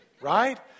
right